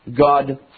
God